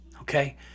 okay